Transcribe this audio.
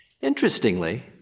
Interestingly